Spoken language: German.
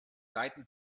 seiten